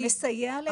ומסייע --- מי?